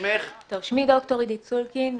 שמי ד"ר עידית סולקין,